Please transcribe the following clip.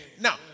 Now